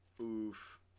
Oof